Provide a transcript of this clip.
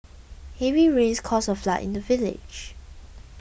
heavy rains caused a flood in the village